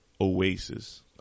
oasis